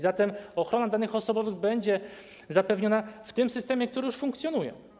Zatem ochrona danych osobowych będzie zapewniona w tym systemie, który już funkcjonuje.